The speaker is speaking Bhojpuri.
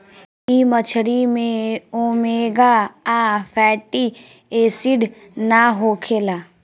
इ मछरी में ओमेगा आ फैटी एसिड ना होखेला